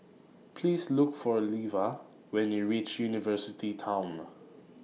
Please Look For Leva when YOU REACH University Town